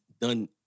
done